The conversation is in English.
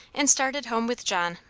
and started home with john,